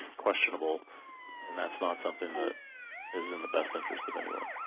it'squestionable and that's not something that is in the best interest of anyone.